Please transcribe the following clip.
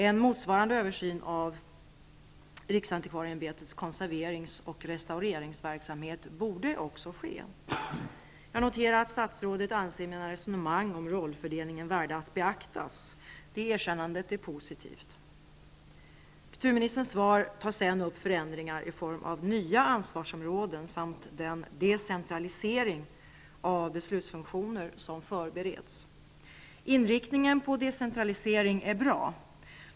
En motsvarande översyn av riksantikvarieämbetets konserverings och restaureringsverksamhet borde också ske. Jag noterar att statsrådet anser att mina resonemang om rollfördelningen är värda att beaktas. Det erkännandet är positivt. I kulturministerns svar tas sedan upp förändringar i form av nya ansvarsområden samt den decentralisering av beslutsfunktioner som förbereds. Inriktningen på decentralisering är bra.